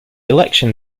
election